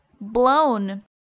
blown